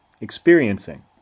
Experiencing